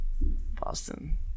Boston